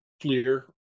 clear